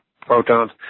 protons